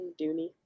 Dooney